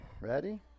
Ready